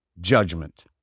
judgment